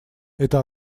это